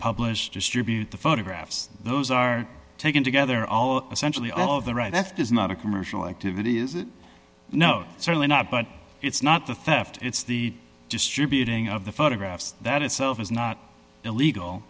publish distribute the photographs those are taken together all essentially all of the right left is not a commercial activity is it no certainly not but it's not the theft it's the distributing of the photographs that itself is not illegal